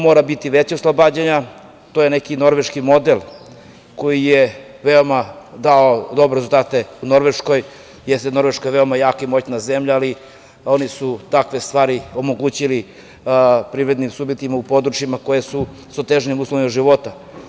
Moraju biti veća oslobađanja, to je neki Norveški model koji je veoma dao dobre rezultate u Norveškoj, jeste da je Norveška veoma jaka i moćna zemlja, ali oni su takve stvari omogućili privrednim subjektima u područjima u kojima su teži uslovi života.